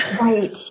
Right